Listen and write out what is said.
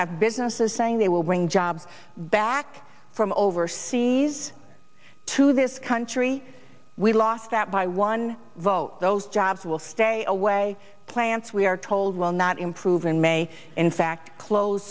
have businesses saying they will bring jobs back from overseas to this country we lost that by one vote those jobs will stay away plants we are told will not improve and may in fact close